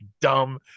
dumb